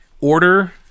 order